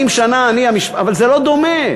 40 שנה אני, אבל זה לא דומה.